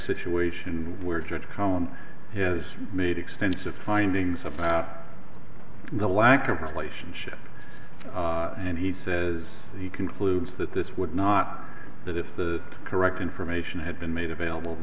situation where judge column has made extensive findings about the lack of relationship and he says he concludes that this would not that if the correct information had been made available